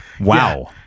Wow